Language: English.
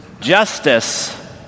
justice